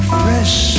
fresh